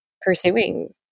pursuing